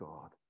God